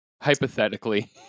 Hypothetically